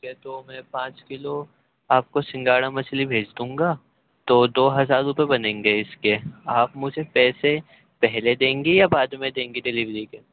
okay تو میں پانچ کلو آپ کو سنگاڑا مچھلی بھیج دوں گا تو دو ہزار روپے بنیں گے اس کے آپ مجھے پیسے پہلے دیں گے یا بعد میں دیں گی ڈلیوری کے